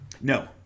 No